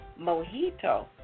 mojito